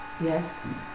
Yes